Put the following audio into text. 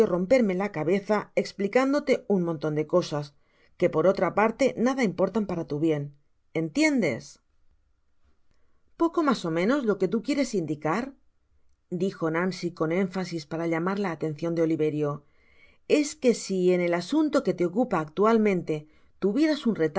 romperme la cabeza espigándote un monton de cosasque por otra parte nada impor t an para tu bien entiendes poco mas ó menos lo que tu quieres indicar dijo nancy con énfasis para llamar la atencion de oliverio es que si en el asun to que te ocupa actualmente tuvieras un